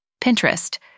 Pinterest